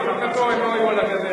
שהממשלה אחראית לו.